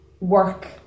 work